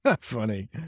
Funny